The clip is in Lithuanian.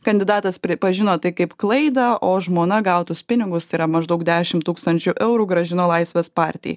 kandidatas pripažino tai kaip klaidą o žmona gautus pinigus tai yra maždaug dešimt tūkstančių eurų grąžino laisvės partijai